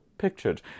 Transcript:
Pictured